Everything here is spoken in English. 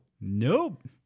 Nope